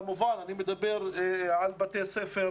אני כמובן מדבר גם על בתי ספר